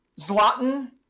Zlatan